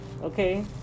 okay